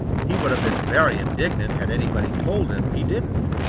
he would have been very indignant had anybody told him he didn't.